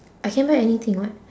I can buy anything [what]